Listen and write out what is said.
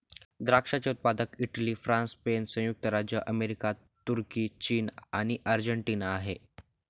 द्राक्षाचे उत्पादक Italy, France, Spain, संयुक्त राज्य अमेरिका, तुर्की, चीन आणि अर्जेंटिना आहे